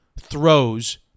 throws